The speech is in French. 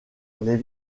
les